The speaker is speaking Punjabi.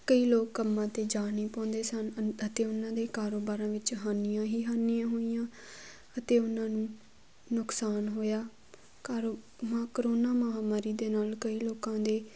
ਕਈ ਲੋਕ ਕੰਮਾਂ 'ਤੇ ਜਾ ਨਹੀਂ ਪਾਉਂਦੇ ਸਨ ਅਤੇ ਉਨ੍ਹਾਂ ਦੇ ਕਾਰੋਬਾਰਾਂ ਵਿੱਚ ਹਾਨੀਆਂ ਹੀ ਹਾਨੀਆਂ ਹੋਈਆਂ ਅਤੇ ਉਨ੍ਹਾਂ ਨੂੰ ਨੁਕਸਾਨ ਹੋਇਆ ਕਾਰੋ ਕਰੋਨਾ ਮਹਾਮਾਰੀ ਦੇ